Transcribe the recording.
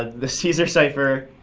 the caesar cipher,